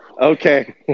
Okay